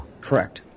Correct